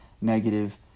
negative